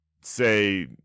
say